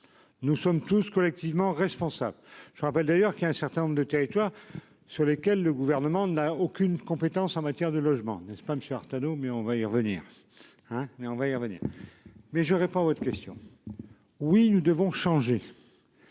Nous sommes tous collectivement responsables. Je rappelle d'ailleurs qu'il y a un certain nombre de territoires sur lesquels le gouvernement n'a aucune compétence en matière de logement, n'est-ce pas Monsieur Artano mais on va y revenir hein. Mais on va y revenir. Mais je réponds à votre question. Oui, nous devons changer.--